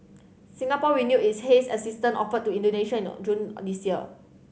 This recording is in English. Singapore renewed its haze assistance offer to Indonesia in June this year